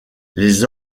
les